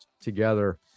together